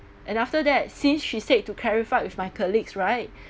and after that since she said to clarify with my colleagues right